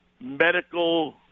medical